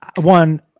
One